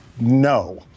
No